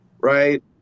right